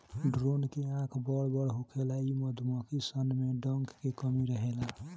drone के आँख बड़ बड़ होखेला इ मधुमक्खी सन में डंक के कमी रहेला